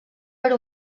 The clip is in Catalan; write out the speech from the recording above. per